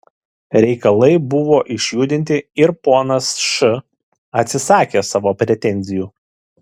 reikalai buvo išjudinti ir ponas š atsisakė savo pretenzijų